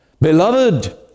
Beloved